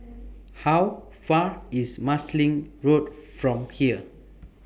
How Far IS Marsiling Road from here